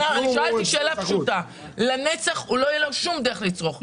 שאלתי שאלה פשוטה: לנצח לא תהיה לו שום דרך לצרוך פירות.